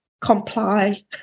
comply